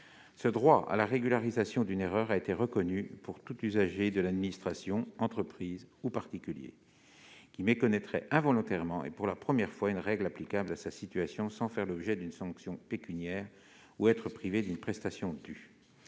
Le droit à régularisation d'une erreur a été reconnu pour tout usager de l'administration, entreprise ou particulier, qui méconnaîtrait involontairement et pour la première fois une règle applicable à sa situation sans faire l'objet d'une sanction pécuniaire ou être privé d'une prestation due.